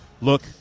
look